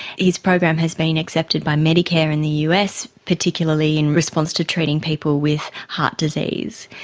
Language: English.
his program has been accepted by medicare in the us, particularly in response to treating people with heart disease.